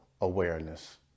awareness